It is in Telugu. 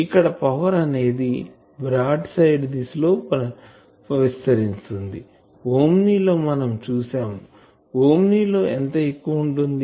ఇక్కడ పవర్ అనేది బ్రాడ్ సైడ్ దిశ లో విస్తరిస్తుంది ఓమ్ని లో మనం చూసాంఓమ్ని లో ఎంత ఎక్కువ ఉంటుంది